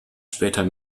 später